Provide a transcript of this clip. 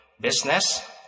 business